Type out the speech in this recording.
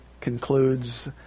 concludes